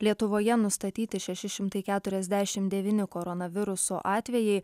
lietuvoje nustatyti šeši šimtai keturiasdešimt devyni koronaviruso atvejai